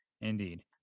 indeed